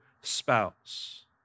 spouse